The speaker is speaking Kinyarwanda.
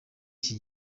iki